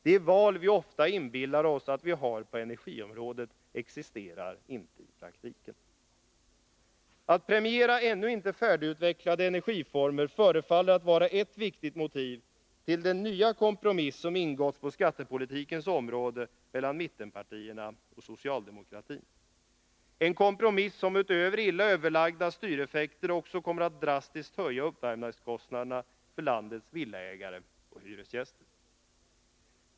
De val vi ofta inbillar oss att vi har på energiområdet existerar inte i praktiken. Att premiera ännu inte färdigutvecklade energiformer förefaller att vara ett viktigt motiv till den nya kompromiss som ingåtts på skattepolitikens område mellan mittenpartierna och socialdemokratin, en kompromiss som utöver illa överlagda styreffekter också kommer att drastiskt höja uppvärmningskostnaderna för landets villaägare och hyresgäster.